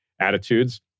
attitudes